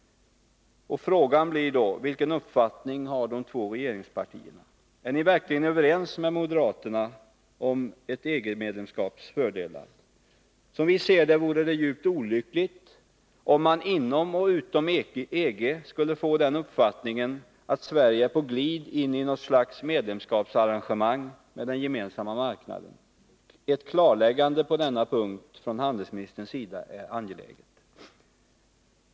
Frågan blir då: Vilken uppfattning har de två regeringspartierna? Är ni verkligen överens med moderaterna om ett EG-medlemskaps fördelar? Som vi ser det vore det djupt olyckligt om man inom och utom EG skulle få den uppfattningen att Sverige är på glid in i något slags medlemskapsarrangemang med Gemensamma marknaden. Ett klarläggande på denna punkt från handelsministerns sida är angeläget.